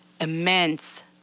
immense